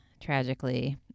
tragically